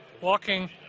walking